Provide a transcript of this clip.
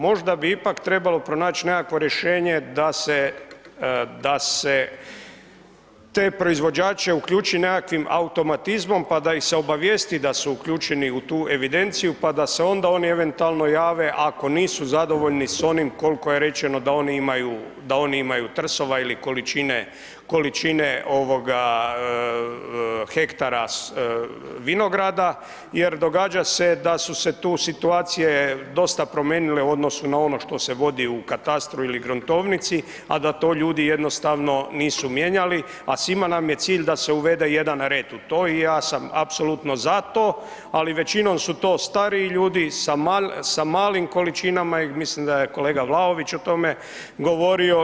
Možda bi ipak trebalo pronaći nekakvo rješenje da se, da se te proizvođače uključi nekakvim automatizmom pa da ih se obavijesti da su uključeni u tu evidenciju, pa da se onda oni eventualno jave ako nisu zadovoljni s onim kol'ko je rečeno da oni imaju, da oni imaju trsova ili količine, količine, ovoga, hektara vinograda, jer događa se da su se tu situacije dosta promijenile u odnosu na ono što se vodi u katastru ili gruntovnici, a da to ljudi jednostavno nisu mijenjali, a svima nam je cilj da se uvede jedan red u to, i ja sam apsolutno za to ali većinom su to stariji ljudi sa malim količinama i mislim da je kolega Vlaović o tome govorio.